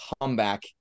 comeback